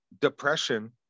depression